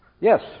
Yes